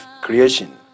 creation